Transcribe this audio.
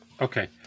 Okay